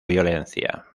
violencia